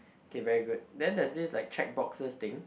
kay very good then there's this check boxes thing